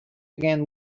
began